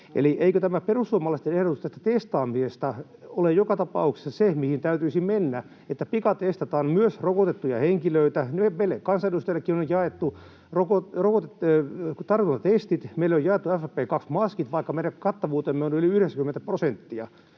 eikö tämä perussuomalaisten ehdotus tästä testaamisesta ole joka tapauksessa se, mihin täytyisi mennä, että pikatestataan myös rokotettuja henkilöitä? Meille kansanedustajillekin on nyt jaettu tartuntatestit, meille on jaettu FFP2-maskit, vaikka meidän kattavuutemme on yli 90 prosenttia.